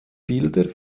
bilder